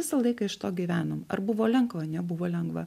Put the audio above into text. visą laiką iš to gyvenom ar buvo lengva nebuvo lengva